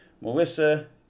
Melissa